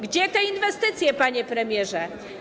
Gdzie te inwestycje, panie premierze?